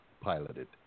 piloted